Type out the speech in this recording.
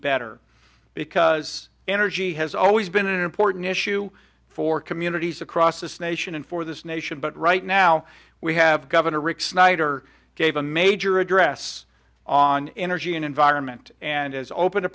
better because energy has always been an important issue for communities across this nation and for this nation but right now we have governor rick snyder gave a major address on energy and environment and as open a